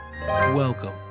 Welcome